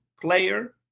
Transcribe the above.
player